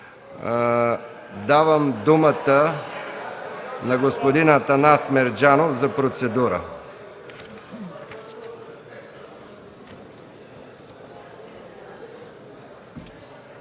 Давам думата на господин Атанас Мерджанов за процедура.